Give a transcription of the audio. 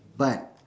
but